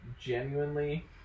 genuinely